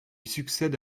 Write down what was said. succède